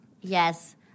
Yes